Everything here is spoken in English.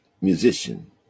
musician